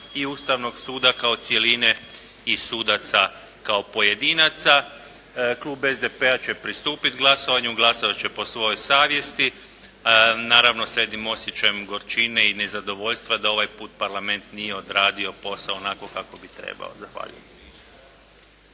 i Ustavnog suda kao cjeline i sudaca kao pojedinaca. Klub SDP-a će pristupiti glasovanju. Glasovati će po svojoj savjesti, naravno s jednim osjećajem gorčine i nezadovoljstva da ovaj put parlament nije odradio posao onako kako bi trebao. Zahvaljujem.